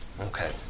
Okay